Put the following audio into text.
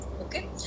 okay